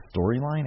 storyline